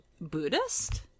Buddhist